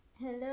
hello